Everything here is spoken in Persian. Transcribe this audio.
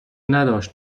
نداشت